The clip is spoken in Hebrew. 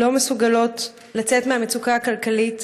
שלא מסוגלות לצאת מהמצוקה הכלכלית,